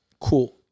cool